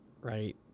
right